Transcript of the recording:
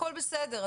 הכול בסדר,